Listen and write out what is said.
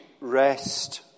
rest